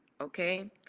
okay